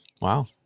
Wow